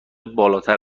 بالاتر